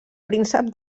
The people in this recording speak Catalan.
príncep